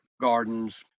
gardens